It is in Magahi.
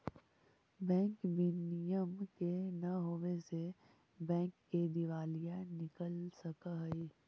बैंक विनियम के न होवे से बैंक के दिवालिया निकल सकऽ हइ